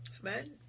Amen